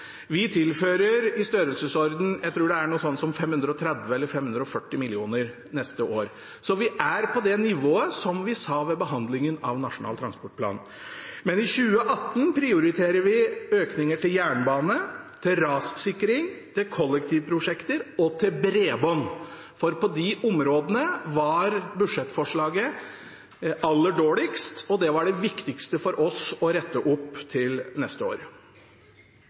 Vi tilfører noe jeg tror er i størrelsesordenen 530–540 mill. kr, neste år. Vi er på det nivået vi sa ved behandlingen av Nasjonal transportplan. Men i 2018 prioriterer vi økninger til jernbane, til rassikring, til kollektivprosjekter og til bredbånd. For på de områdene var budsjettforslaget aller dårligst, og det var det viktigste for oss å rette opp til neste år.